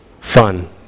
fun